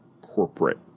corporate